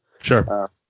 Sure